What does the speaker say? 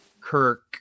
Kirk